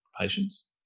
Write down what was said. patients